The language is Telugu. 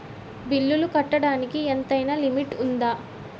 బిల్లులు కట్టడానికి ఎంతైనా లిమిట్ఉందా?